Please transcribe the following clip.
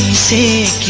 see